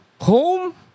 home